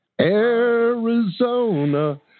Arizona